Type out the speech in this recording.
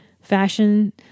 fashion